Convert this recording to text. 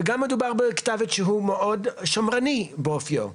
וגם מדובר בכתב עת שהוא מאוד שמרני באופיו.